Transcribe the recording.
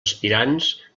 aspirants